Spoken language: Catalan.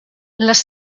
les